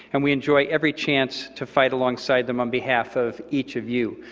and we enjoy every chance to fight alongside them, on behalf of each of you.